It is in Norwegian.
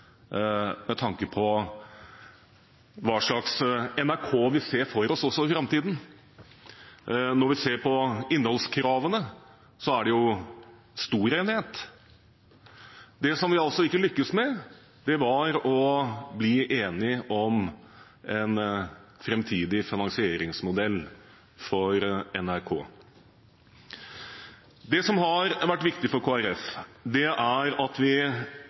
med tanke på hva slags NRK vi ser for oss i framtiden. Når vi ser på innholdskravene, er det stor enighet. Det vi altså ikke lyktes med, var å bli enige om en framtidig finansieringsmodell for NRK. Det som har vært viktig for Kristelig Folkeparti, er at vi